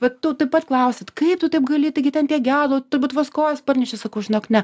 vat tu taip pat klausiat kaip tu taip gali taigi ten tiek gedulo turbūt vos kojas parneši sakau žinok ne